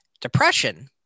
Depression